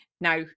now